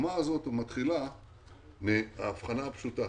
העקומה הזאת מתחילה מהאבחנה הפשוטה,